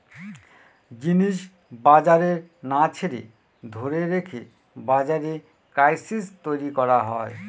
জিনিস বাজারে না ছেড়ে ধরে রেখে বাজারে ক্রাইসিস তৈরী করা হয়